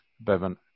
Bevan